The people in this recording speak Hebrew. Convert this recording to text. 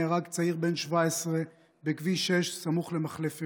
נהרג צעיר בן 17 בכביש 6 סמוך למחלף מירון.